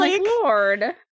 Lord